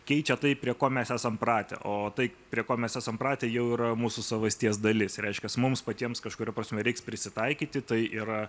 keičia tai prie ko mes esam pratę o tai prie ko mes esam pratę jau yra mūsų savasties dalis reiškias mums patiems kažkuria prasme reiks prisitaikyti tai yra